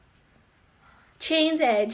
chains eh chains eh